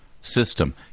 system